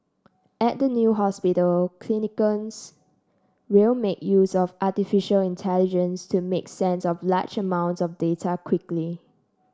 at the new hospital clinicians will make use of artificial intelligence to make sense of large amounts of data quickly